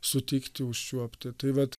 sutikti užčiuopti tai vat